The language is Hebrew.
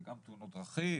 זה גם תאונות דרכים,